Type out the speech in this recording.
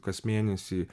kas mėnesį